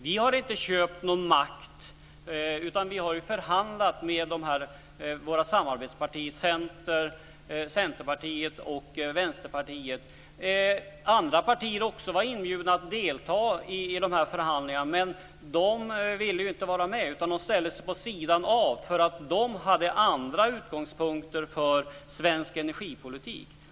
Vi har inte köpt någon makt, utan vi har förhandlat med våra samarbetspartier Centerpartiet och Vänsterpartiet. Andra partier var också inbjudna att delta i förhandlingarna. Men de ville inte vara med utan ställde sig vid sidan av. De hade andra utgångspunkter för svensk energipolitik.